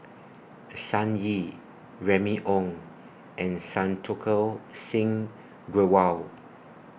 Sun Yee Remy Ong and Santokh Singh Grewal